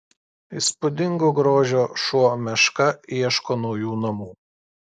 įspūdingo grožio šuo meška ieško naujų namų